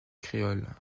créoles